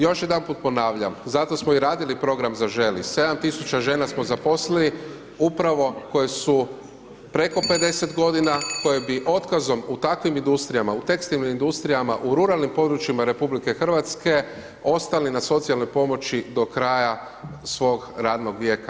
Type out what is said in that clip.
Još jedanput ponavljam, zato smo i radili program ZAŽELI, 7000 žena smo zaposlili upravo koje su preko 50 godina, koje bi otkazom u takvim industrijama, u tekstilnoj industrijama, u ruralnim područjima Republike Hrvatske, ostali na socijalnoj pomoći do kraja svog radnog vijeka.